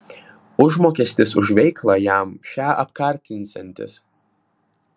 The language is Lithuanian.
užmokestis už veiklą jam šią apkartinsiantis